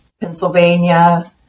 Pennsylvania